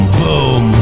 boom